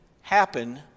happen